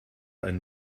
einen